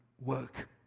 work